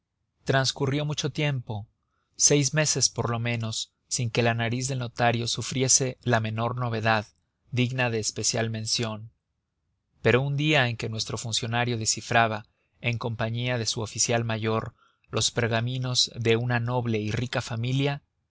transcurrió mucho tiempo seis meses por lo menos sin que la nariz del notario sufriese la menor novedad digna de especial mención pero un día en que nuestro funcionario descifraba en compañía de su oficial mayor los pergaminos de una noble y rica familia